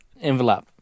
envelope